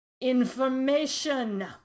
Information